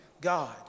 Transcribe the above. God